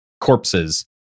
corpses